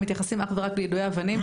מתייחסים אך ורק ליידויי אבנים,